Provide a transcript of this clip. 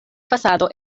fasado